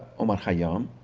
omar khayyam,